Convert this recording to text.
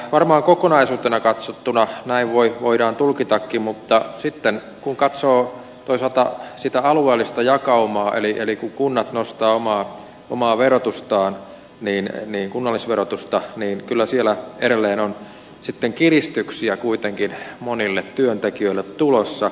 varmaan kokonaisuutena katsottuna näin voidaan tulkitakin mutta sitten kun katsoo toisaalta alueellista jakaumaa kun kunnat nostavat omaa verotustaan kunnallisverotusta niin kyllä siellä edelleen on kiristyksiä kuitenkin monille työntekijöille tulossa